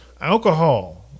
alcohol